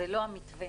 ולא המתווה,